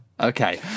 Okay